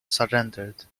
surrendered